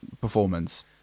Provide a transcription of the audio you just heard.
performance